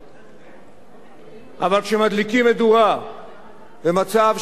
אבל כשמדליקים מדורה במצב שבו אנחנו רואים תהליך,